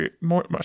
more